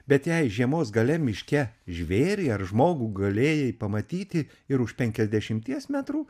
bet jei žiemos gale miške žvėrį ar žmogų galėjai pamatyti ir už penkiasdešimties metrų